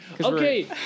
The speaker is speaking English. okay